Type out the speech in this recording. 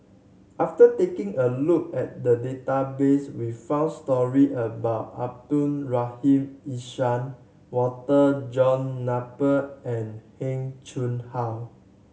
after taking a look at the database we found stories about Abdul Rahim Ishak Walter John Napier and Heng Chee How